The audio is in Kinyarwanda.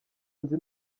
nzi